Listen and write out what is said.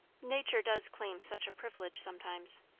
nature does claim such a privilege sometimes.